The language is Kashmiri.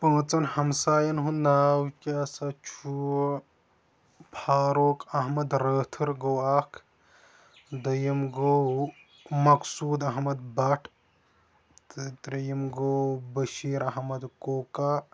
پانٛژَن ہمساین ہُند ناو کیٛاہ سا چھُ فاروق احمد رٲتھر گوٚو اکھ دوٚیِم گوٚو مقصوٗد احمد بٹ تہٕ ترٛیُم گوٚو بٔشیٖر احمد کوکا